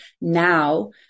now